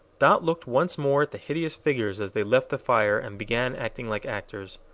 dot looked once more at the hideous figures as they left the fire and began acting like actors.